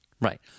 Right